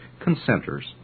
consenters